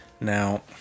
Now